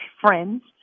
friends